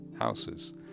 houses